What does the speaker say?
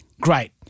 Great